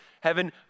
Heaven